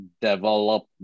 develop